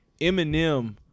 Eminem